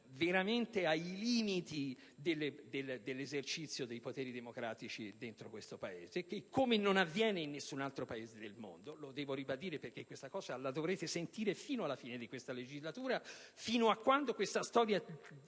veramente ai limiti dell'esercizio dei poteri democratici in questo Paese e come non avviene in nessun altro Paese del mondo; devo ribadirlo, perché questa cosa la dovrete sentire fino alla fine di questa legislatura, fino a quando questa storia